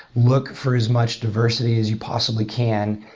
look for as much diversity as you possibly can,